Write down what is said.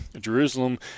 Jerusalem